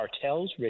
cartels